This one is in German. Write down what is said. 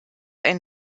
ein